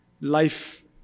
Life